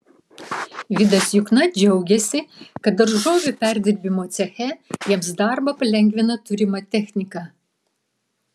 vidas jukna džiaugiasi kad daržovių perdirbimo ceche jiems darbą palengvina turima technika